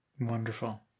Wonderful